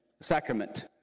sacrament